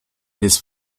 his